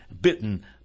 Bitten